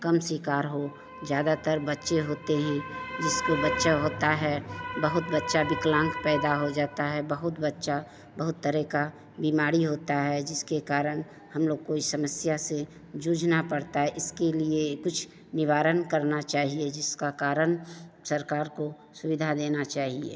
कम शिकार हो ज़्यादातर बच्चे होते हैं जिसको बच्चा होता है बहुत बच्चा विकलांग पैदा हो जाता है बहुत बच्चा बहुत तरह की बीमारी होती है जिसके कारण हमलोग को इस समस्या से जूझना पड़ता है इसके लिए कुछ निवारण करना चाहिए जिसका कारण सरकार को सुविधा देनी चाहिए